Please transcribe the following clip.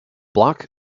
block